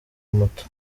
moto